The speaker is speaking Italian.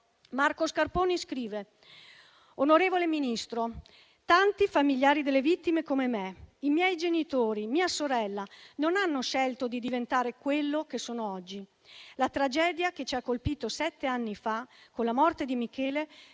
Marco Scarponi: «Onorevole Ministro, tanti familiari delle vittime, come me, i miei genitori e mia sorella, non hanno scelto di diventare quello che sono oggi. La tragedia che ci ha colpito sette anni fa con la morte di Michele